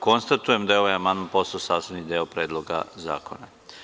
Konstatujem da je ovaj amandman postao sastavni deo Predloga zakona.